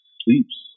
sleeps